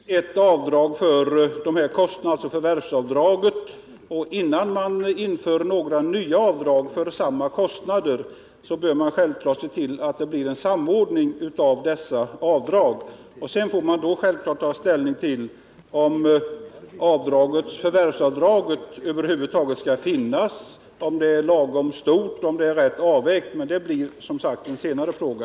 Herr talman! Vad jag noterat är att det redan finns ett avdrag för de här aktuella kostnaderna, nämligen förvärvsavdraget. Innan man inför några nya avdrag för samma typ av kostnader bör man självfallet se till att dessa avdrag samordnas. Sedan får man ta ställning till om förvärvsavdraget över huvud taget skall finnas kvar och till om det är lagom stort och rätt avvägt. Men det blir, som sagt, en senare fråga.